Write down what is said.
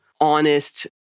honest